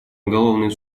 уголовный